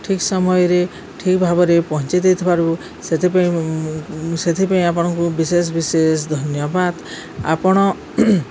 ଠିକ୍ ସମୟରେ ଠିକ୍ ଭାବରେ ପହଞ୍ଚେଇ ଦେଇଥିବାରୁ ସେଥିପାଇଁ ସେଥିପାଇଁ ଆପଣଙ୍କୁ ବିଶେଷ ବିଶେଷ ଧନ୍ୟବାଦ ଆପଣ